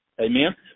Amen